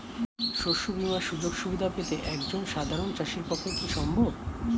শস্য বীমার সুযোগ সুবিধা পেতে একজন সাধারন চাষির পক্ষে কি সম্ভব?